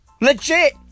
Legit